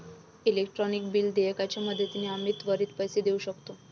electronic bill देयकाच्या मदतीने आम्ही त्वरित पैसे देऊ शकतो